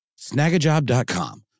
Snagajob.com